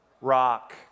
Rock